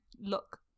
look